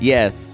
Yes